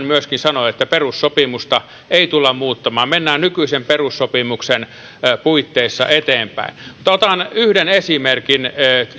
myöskin sanoi että perussopimusta ei tulla muuttamaan mennään nykyisen perussopimuksen puitteissa eteenpäin mutta otan yhden esimerkin